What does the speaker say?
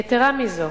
יתירה מזו,